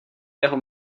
jeho